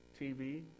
TV